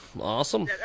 awesome